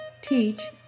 teach